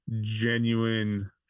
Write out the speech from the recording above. genuine